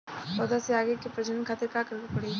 पौधा से आगे के प्रजनन खातिर का करे के पड़ी?